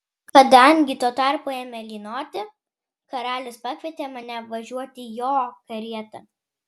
kadangi tuo tarpu ėmė lynoti karalius pakvietė mane važiuoti jo karieta